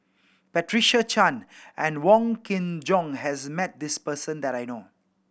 Patricia Chan and Wong Kin Jong has met this person that I know